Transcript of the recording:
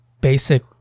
basic